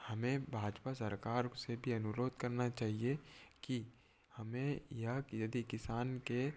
हमें भाजपा सरकार से भी अनुरोध करना चाहिए कि हमें यह यदि किसान के